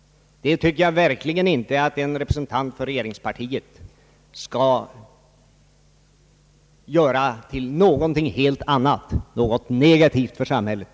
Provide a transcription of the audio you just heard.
Jag anser verkligen att en representant för regeringspartiet inte skall göra det till någonting helt annat — någonting negativt för samhället.